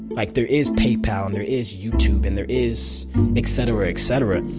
like, there is paypal, and there is youtube. and there is et cetera, et cetera.